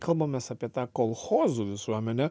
kalbamės apie tą kolchozų visuomenę